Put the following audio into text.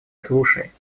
слушай